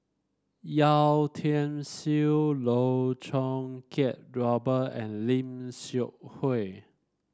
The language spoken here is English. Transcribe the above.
Yeo Tiam Siew Loh Choo Kiat Robert and Lim Seok Hui